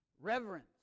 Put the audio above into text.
Reverence